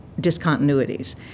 discontinuities